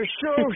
show